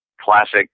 classic